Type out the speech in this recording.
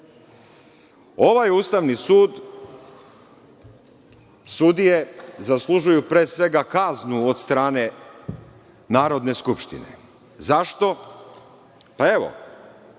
Ustavni sud, sudije zaslužuju pre svega kaznu od strane Narodne skupštine. Zašto? Pa, evo